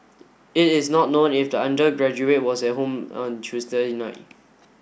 it is not known if the undergraduate was at home on Tuesday night